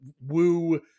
woo